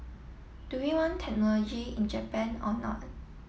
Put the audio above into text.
do we want technology in Japan or not